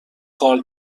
کار